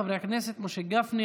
חברי הכנסת משה גפני,